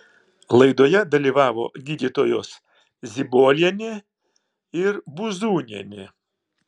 laidoje dalyvavo gydytojos zibolienė ir buzūnienė